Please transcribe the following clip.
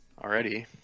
Already